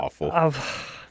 awful